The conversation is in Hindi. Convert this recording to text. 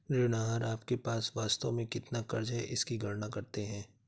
ऋण आहार आपके पास वास्तव में कितना क़र्ज़ है इसकी गणना करते है